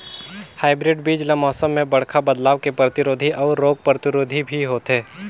hybrid बीज ल मौसम में बड़खा बदलाव के प्रतिरोधी अऊ रोग प्रतिरोधी भी होथे